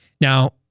Now